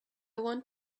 want